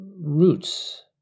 roots